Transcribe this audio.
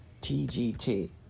TGT